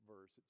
verse